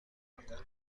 کارکنان